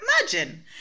imagine